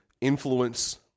influence